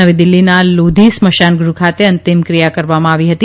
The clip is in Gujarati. નવી દલ્ફિનાલોધી સ્મશાનગૃહખાતે અંતમિ ક્રથિા કરવામાં આવી હતી